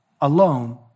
alone